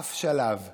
ובאף שלב בחיי,